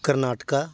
Karnataka